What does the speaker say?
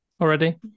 already